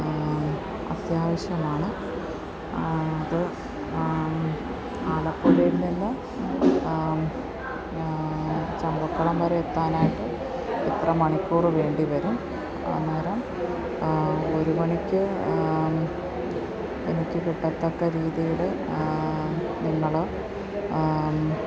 അത്യാവശ്യമാണ് അത് ആലപ്പുഴയിൽ നിന്ന് ചമ്പക്കുളം വരെ എത്താനായിട്ട് എത്ര മണിക്കൂർ വേണ്ടി വരും അന്നേരം ഒരു മണിക്ക് എനിക്ക് കിട്ടത്തക്ക രീതിയിൽ നിങ്ങൾ